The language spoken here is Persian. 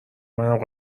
منم